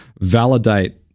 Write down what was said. validate